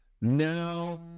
Now